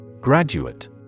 Graduate